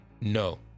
no